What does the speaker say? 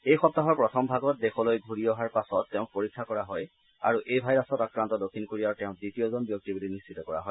এই সপ্তাহৰ প্ৰথমভাগত দেশলৈ ঘুৰি অহাৰ পাছত তেওঁক পৰীক্ষা কৰা হয় আৰু এই ভাইৰাছত আক্ৰান্ত দক্ষিণ কোৰিয়াৰ তেওঁ দ্বিতীয়জন ব্যক্তি বুলি নিশ্চিত কৰা হয়